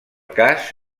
cas